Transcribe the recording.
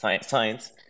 science